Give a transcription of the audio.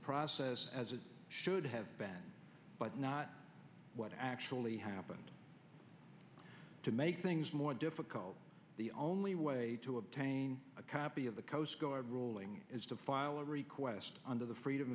process as it should have been but not what actually happened to make things more difficult the only way to obtain a copy of the ruling is to file a request under the freedom